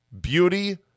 Beauty